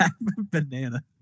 banana